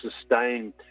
sustained